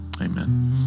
amen